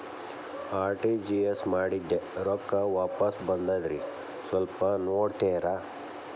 RTGS ಮಾಡಿದ್ದೆ ರೊಕ್ಕ ವಾಪಸ್ ಬಂದದ್ರಿ ಸ್ವಲ್ಪ ನೋಡ್ತೇರ?